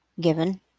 Given